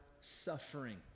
suffering